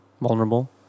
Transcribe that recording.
vulnerable